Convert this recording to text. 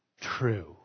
true